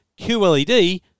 QLED